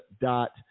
dot